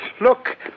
look